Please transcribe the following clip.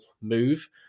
move